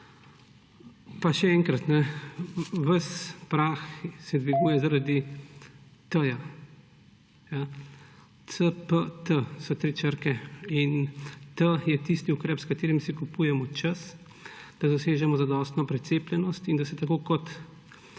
Pa še enkrat, ves prah se dviguje zaradi T. CPT so 3 črke in T je tisti ukrep, s katerim si kupujemo čas, da dosežemo zadostno precepljenost in da se tako kot,